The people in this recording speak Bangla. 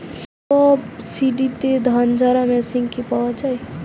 সাবসিডিতে ধানঝাড়া মেশিন কি পাওয়া য়ায়?